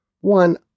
one